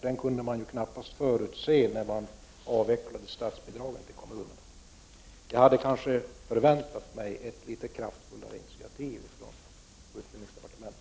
Det kunde man knappast förutse när man avvecklade statsbidraget. Jag hade kanske förväntat mig ett litet kraftfullare initiativ från utbildningsdepartementets sida.